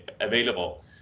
available